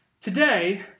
Today